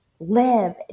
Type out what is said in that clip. live